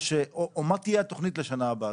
מה תהיה התוכנית לשנה הבאה?